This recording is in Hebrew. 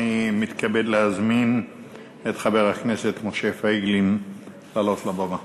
אני מתכבד להזמין את חבר הכנסת משה פייגלין לעלות לבמה.